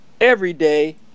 everyday